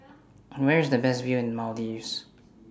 Where IS The Best View in Maldives